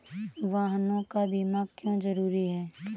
वाहनों का बीमा क्यो जरूरी है?